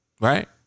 Right